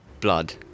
blood